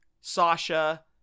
Sasha